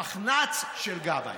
המחנ"צ של גבאי.